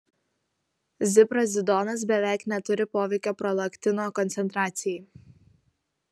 ziprazidonas beveik neturi poveikio prolaktino koncentracijai